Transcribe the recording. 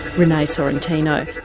renee sorrentino.